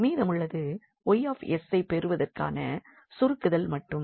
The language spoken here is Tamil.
மீதமுள்ளது 𝑌𝑠ஐ பெறுவதற்கான சுருக்குதல் மட்டும்